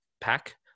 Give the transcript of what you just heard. pack